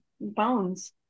bones